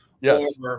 Yes